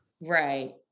Right